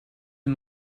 een